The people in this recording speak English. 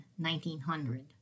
1900